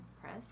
Press